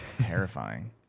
terrifying